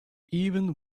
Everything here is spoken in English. even